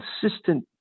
consistent